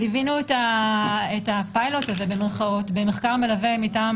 ליווינו את הפילוט הזה במירכאות במחקר מלווה מטעם